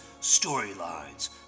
storylines